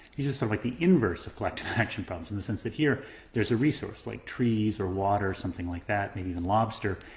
these are sort of like the inverse of collective action problems in the sense that here there's a resource like trees or water or something like that, maybe even lobster.